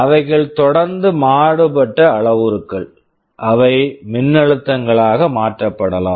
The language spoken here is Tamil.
அவைகள் தொடர்ந்து மாறுபட்ட அளவுருக்கள் அவை மின்னழுத்தங்களாக மாற்றப்படலாம்